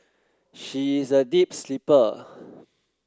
she is a deep sleeper